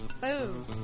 Boom